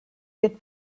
good